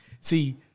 See